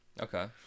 Okay